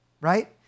right